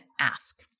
ask